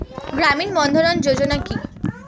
গ্রামীণ বন্ধরন যোজনা কি?